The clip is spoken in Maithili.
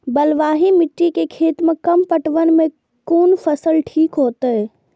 बलवाही मिट्टी के खेत में कम पटवन में कोन फसल ठीक होते?